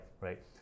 right